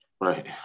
right